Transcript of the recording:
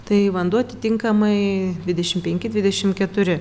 tai vanduo atitinkamai dvidešim penki dvidešim keturi